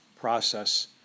process